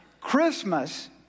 Christmas